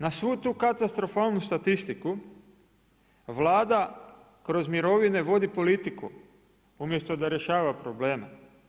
Na svu tu katastrofalnu statistiku Vlada kroz mirovine vodi politiku umjesto da rješava probleme.